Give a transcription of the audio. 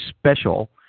special